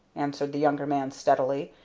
answered the younger man steadily,